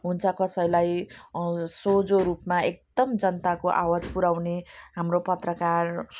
हुन्छ कसैलाई सोझो रूपमा एकदम जनताको आवाज पुर्याउने हाम्रो पत्रकार